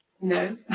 No